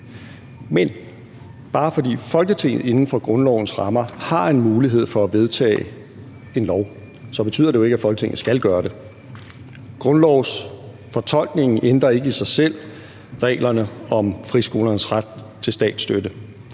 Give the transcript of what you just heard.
Men bare fordi Folketinget inden for grundlovens rammer har en mulighed for at vedtage en lov, betyder det jo ikke, at Folketinget skal gøre det. Grundlovsfortolkningen ændrer ikke i sig selv reglerne om friskolernes ret til statsstøtte.